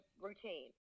routine